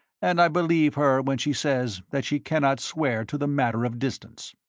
and i believe her when she says that she cannot swear to the matter of distance.